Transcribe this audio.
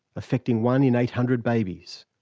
affecting one in eight hundred babies.